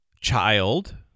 child